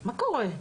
מה קורה?